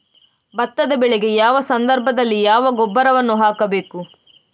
ಭತ್ತದ ಬೆಳೆಗೆ ಯಾವ ಸಂದರ್ಭದಲ್ಲಿ ಯಾವ ಗೊಬ್ಬರವನ್ನು ಹಾಕಬೇಕು?